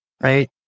right